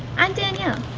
i'm danielle.